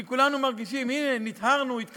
כי כולנו מרגישים: הנה, נטהרנו, התקדשנו,